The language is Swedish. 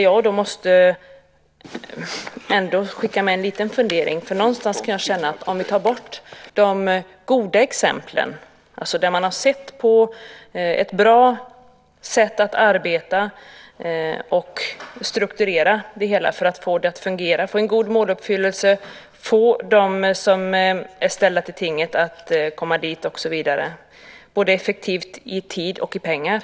Jag måste ändå skicka med en liten fundering. Det verkar lite underligt att man inte tar någon som helst hänsyn till de goda exemplen, där domstolen har ett bra sätt att arbeta och strukturera verksamheten för att få en god måluppfyllelse och få dem som är ställda till tinget att komma dit och så vidare, både effektivt i tid och i pengar.